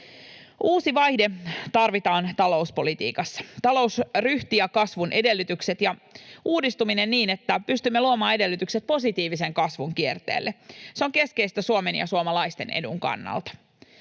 tarvitaan uusi vaihde. Talousryhti ja kasvun edellytykset ja uudistuminen niin, että pystymme luomaan edellytykset positiivisen kasvun kierteelle, on keskeistä Suomen ja suomalaisten edun kannalta.